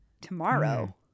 tomorrow